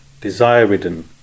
desire-ridden